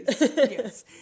yes